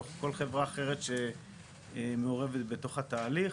או כל חברה אחרת שמעורבת בתוך התהליך,